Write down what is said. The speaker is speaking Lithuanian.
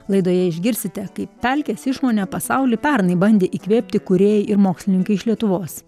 laidoje išgirsite kaip pelkės išmonę pasauly pernai bandė įkvėpti kūrėjai ir mokslininkai iš lietuvos